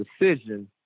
decision